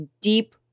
deep